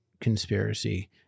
conspiracy